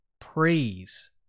praise